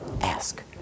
Ask